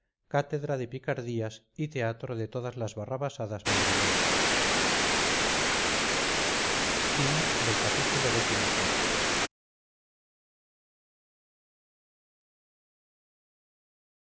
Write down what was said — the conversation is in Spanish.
cátedra de picardías y teatro de todas las barrabasadas madrileñas ii